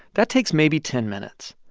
that takes maybe ten minutes.